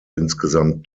insgesamt